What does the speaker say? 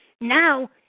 now